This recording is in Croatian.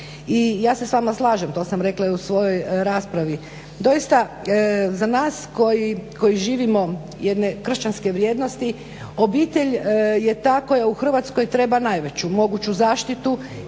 I ja se s vama slažem, to sam rekla i u svojoj raspravi. Doista za nas koji živimo jedne kršćanske vrijednosti obitelj je ta koja u Hrvatskoj treba najveću moguću zaštitu